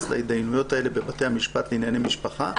להתדיינויות האלה בבתי המשפט לענייני משפחה,